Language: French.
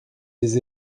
des